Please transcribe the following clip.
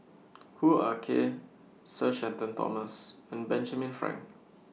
Hoo Ah Kay Sir Shenton Thomas and Benjamin Frank